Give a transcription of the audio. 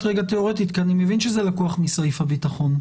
כרגע תיאורטית כי אני מבין שזה לקוח מסעיף הביטחון.